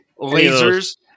Lasers